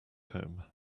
home